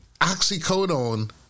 oxycodone